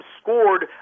scored